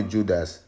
Judas